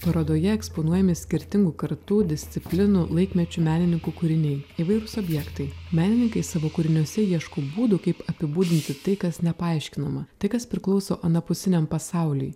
parodoje eksponuojami skirtingų kartų disciplinų laikmečių menininkų kūriniai įvairūs objektai menininkai savo kūriniuose ieško būdų kaip apibūdinti tai kas nepaaiškinama tai kas priklauso anapusiniam pasauliui